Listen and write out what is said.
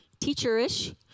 teacherish